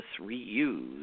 reuse